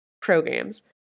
programs